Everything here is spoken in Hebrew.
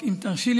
רק אם תרשי לי,